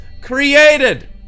created